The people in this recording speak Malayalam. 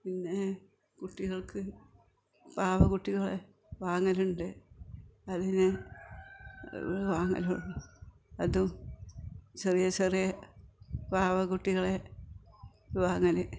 പിന്നെ കുട്ടികൾക്ക് പാവക്കുട്ടികളെ വാങ്ങലുണ്ട് അതിന് അതും ചെറിയ ചെറിയ പാവക്കുട്ടികളെ വാങ്ങൽ